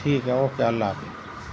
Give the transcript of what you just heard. ٹھیک ہے اوکے اللہ حافظ